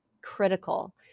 critical